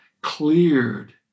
cleared